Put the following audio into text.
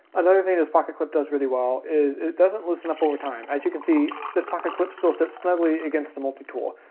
another thing this pocket clip does really well is it doesn't loosen up over time. as you can see, this pocket clip still sits snugly against the multi tool.